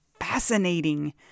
fascinating